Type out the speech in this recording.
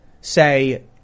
say